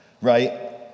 right